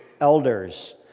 elders